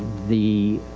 the,